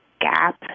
gap